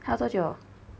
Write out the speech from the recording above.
还要多久